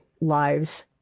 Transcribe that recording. lives